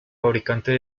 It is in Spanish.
fabricante